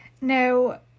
Now